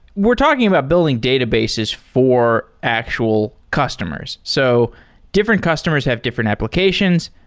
we're talking about building databases for actual customers. so different customers have different applications.